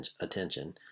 attention